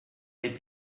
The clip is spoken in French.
les